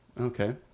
Okay